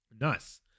nice